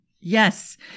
yes